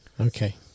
okay